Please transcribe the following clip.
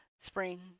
spring